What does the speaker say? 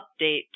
update